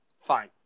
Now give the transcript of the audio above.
Fine